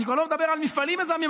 אני כבר לא מדבר על מפעלים מזהמים.